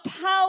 power